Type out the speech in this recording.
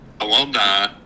alumni